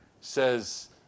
says